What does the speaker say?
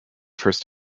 first